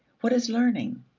what is learning?